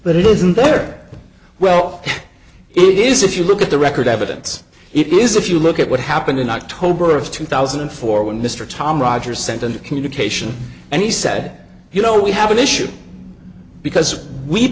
but it wasn't there well it is if you look at the record evidence it is if you look at what happened in october of two thousand and four when mr tom rogers sent in the communication and he said you know we have an issue because we